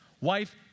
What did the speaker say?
Wife